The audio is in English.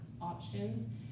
options